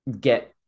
get